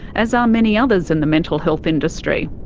as are many others in the mental health industry.